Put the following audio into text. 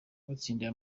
watsindiye